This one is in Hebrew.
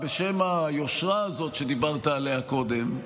בשם היושרה הזאת שדיברת עליה קודם,